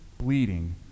bleeding